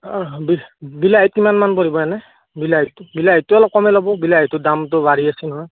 B বিলাহীত কিমানমান পৰিব এনে বিলাহীটো বিলাহীটো অলপ কমাই ল'ব বিলাহীটো দামটো বাঢ়ি আছে নহয়